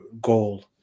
goal